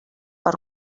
per